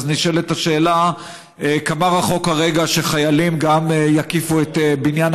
אז נשאלת השאלה כמה רחוק הרגע שחיילים גם יקיפו את בניין